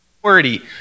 authority